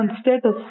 status